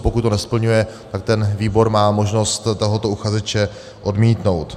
Pokud to nesplňuje, tak ten výbor má možnost tohoto uchazeče odmítnout.